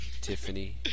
Tiffany